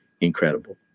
incredible